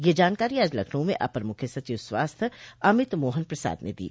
यह जानकारी आज लखनऊ में अपर मूख्य सचिव स्वास्थ्य अमित मोहन प्रसाद ने दी